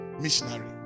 Missionary